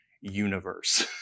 universe